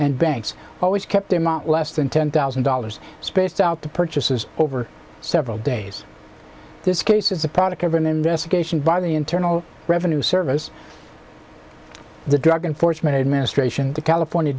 and banks always kept them out less than ten thousand dollars spaced out the purchases over several days this case is a product of an investigation by the internal revenue service the drug enforcement administration the california